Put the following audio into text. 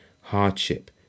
hardship